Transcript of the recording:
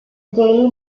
daily